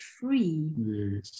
free